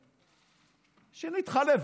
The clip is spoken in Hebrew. שנתחלף,